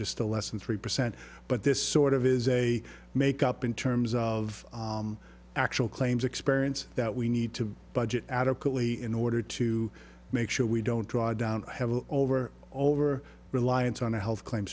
just a lesson three percent but this sort of is a make up in terms of actual claims experience that we need to budget adequately in order to make sure we don't draw down heavily over over reliance on the health cl